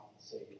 say